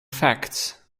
facts